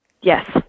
Yes